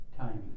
timing